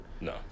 No